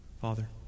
Father